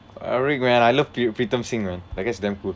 ah rig man I look to yo~ pritam singh man that guy's damn cool